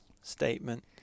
statement